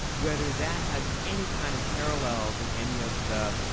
whether that has any kind of parallels in any of the